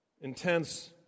Intense